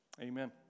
Amen